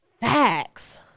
Facts